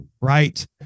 Right